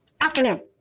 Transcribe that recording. afternoon